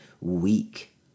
weak